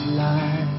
life